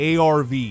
ARV